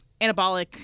anabolic